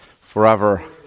forever